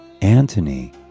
Antony